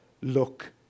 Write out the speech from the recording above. look